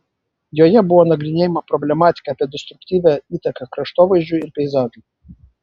joje buvo nagrinėjama problematika apie destruktyvią įtaką kraštovaizdžiui ir peizažui